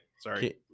sorry